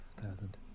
thousand